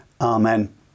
Amen